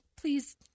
Please